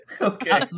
Okay